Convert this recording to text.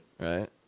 Right